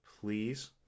please